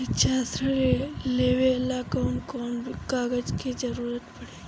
शिक्षा ऋण लेवेला कौन कौन कागज के जरुरत पड़ी?